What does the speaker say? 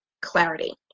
clarity